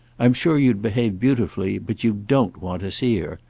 i'm sure you'd behave beautifully but you don't want to see her.